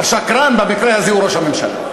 השקרן במקרה הזה הוא ראש הממשלה.